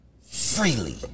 freely